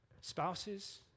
spouses